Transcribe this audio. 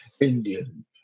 Indian